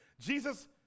Jesus